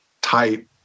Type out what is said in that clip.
tight